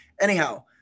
anyhow